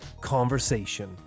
conversation